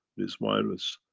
this virus.